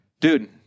Dude